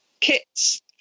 kits